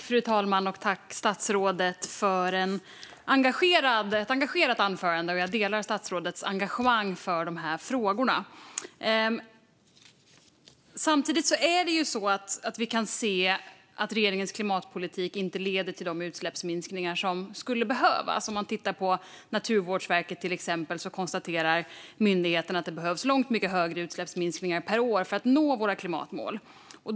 Fru talman! Tack, statsrådet, för ett engagerat anförande! Jag delar statsrådets engagemang för dessa frågor. Vi kan trots allt se att regeringens klimatpolitik inte leder till de utsläppsminskningar som skulle behövas. Exempelvis konstaterar Naturvårdsverket att det behövs långt mycket högre utsläppsminskningar per år för att nå våra klimatmål.